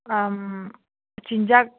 ꯎꯝ ꯆꯤꯟꯖꯥꯛ